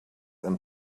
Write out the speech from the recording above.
and